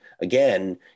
Again